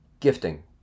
Gifting